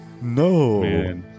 No